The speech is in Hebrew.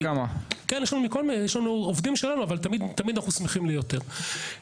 בהתחלה ממש שמחתי על זה.